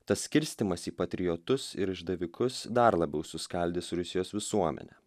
tas skirstymas į patriotus ir išdavikus dar labiau suskaldys rusijos visuomenę